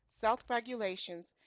Self-regulations